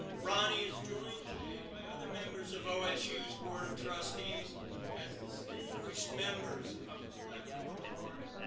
rani is joined today by other members of osu's board of trustees as distinguished members of the platform party.